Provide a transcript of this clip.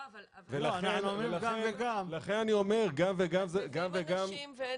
--- אז לכן אני אומר גם וגם -- אין כבישים ואין